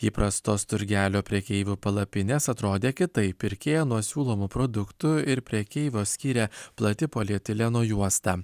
įprastos turgelio prekeivių palapinės atrodė kitaip pirkėją nuo siūlomų produktų ir prekeivio skyrė plati polietileno juosta